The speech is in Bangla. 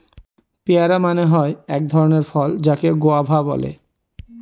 পেয়ারা মানে হয় এক ধরণের ফল যাকে গুয়াভা বলে